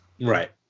Right